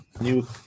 new